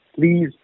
please